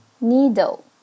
Needle